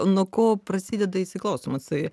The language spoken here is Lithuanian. nuo ko prasideda įsiklausymas į